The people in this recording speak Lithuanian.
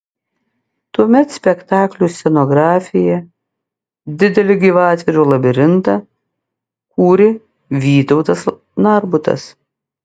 tuomet spektakliui scenografiją didelį gyvatvorių labirintą kūrė vytautas narbutas